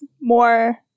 more